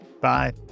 bye